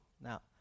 Now